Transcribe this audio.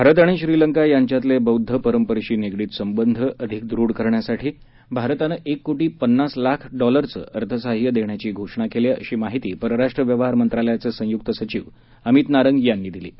भारत आणि श्रीलंका यांच्यातले बौद्ध परंपरेशी निगडीत संबंध अधिक दृढ करण्यासाठी भारतानं एक कोटी पन्नास लाख डॉलरचं अर्थसहाय्य देण्याची घोषणा केली आहे अशी माहिती परराष्ट्र व्यवहार मंत्रालयाचे संयुक्त सचिव अमित नारंग यांनी दिली आहे